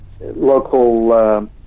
Local